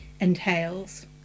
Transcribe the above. entails